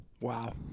Wow